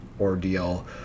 ordeal